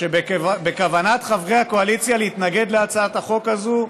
שבכוונת חברי הקואליציה להתנגד להצעת החוק הזו,